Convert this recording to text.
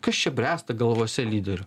kas čia bręsta galvose lyderių